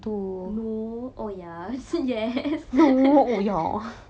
no oh ya yes